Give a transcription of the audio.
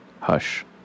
Hush